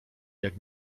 jak